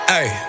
ay